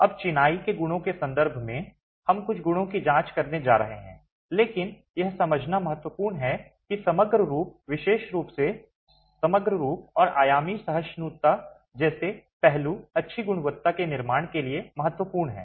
अब चिनाई के गुणों के संदर्भ में हम कुछ गुणों की जांच करने जा रहे हैं लेकिन यह समझना महत्वपूर्ण है कि समग्र रूप विशेष रूप से समग्र रूप और आयामी सहिष्णुता जैसे पहलू अच्छी गुणवत्ता के निर्माण के लिए महत्वपूर्ण हैं